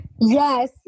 Yes